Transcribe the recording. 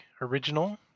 original